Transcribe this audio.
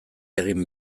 egin